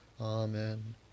Amen